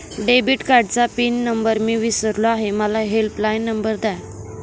debit कार्डचा pin number मी विसरलो आहे मला हेल्पलाइन नंबर द्या